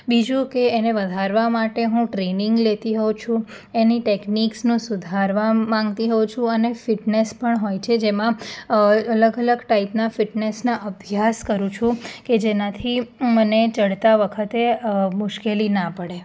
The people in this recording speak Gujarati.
બીજું કે એને વધારવા માટે હું ટ્રેનિંગ લેતી હોઉં છું એની ટેકનિક્સનો સુધારવા માગતી હોઉં છું અને ફિટનેસ પણ હોય છે જેમાં અલગ અલગ ટાઈપના ફિટનેસના અભ્યાસ કરું છું કે જેનાથી મને ચડતા વખતે મુશ્કેલી ના પડે